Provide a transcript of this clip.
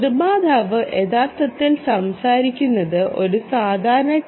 നിർമ്മാതാവ് യഥാർത്ഥത്തിൽ സംസാരിക്കുന്നത് ഒരു സാധാരണ ടി